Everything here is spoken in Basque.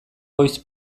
voice